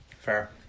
Fair